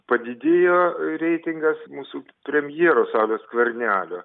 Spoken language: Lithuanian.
padidėjo reitingas mūsų premjero sauliaus skvernelio